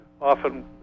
Often